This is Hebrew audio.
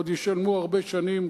ועוד ישלמו הרבה שנים,